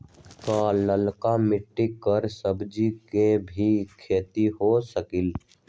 का लालका मिट्टी कर सब्जी के भी खेती हो सकेला?